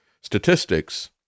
statistics